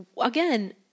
again